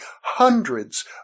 hundreds